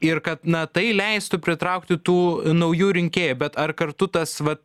ir kad na tai leistų pritraukti tų naujų rinkėjų bet ar kartu tas vat